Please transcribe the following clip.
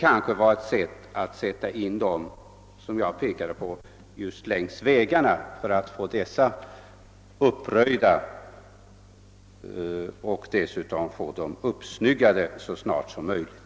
Om så är fallet, skulle emellertid denna personal kunna sättas in längs vägarna för att så snart som möjligt få dem uppröjda och uppsnyggade.